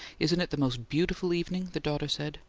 isn't it the most beautiful evening! the daughter said.